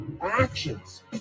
actions